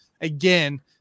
again